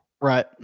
Right